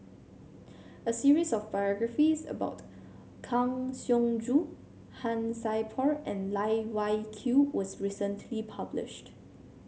a series of biographies about Kang Siong Joo Han Sai Por and Loh Wai Kiew was recently published